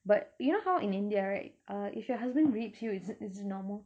but you know how in india right uh if your husband rapes you it's it's normal